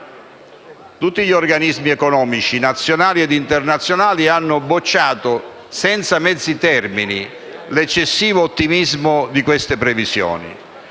Tutti gli organismi economici nazionali e internazionali hanno bocciato, senza mezzi termini, l'eccessivo ottimismo di queste previsioni;